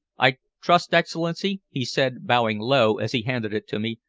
i trust, excellency, he said, bowing low as he handed it to me,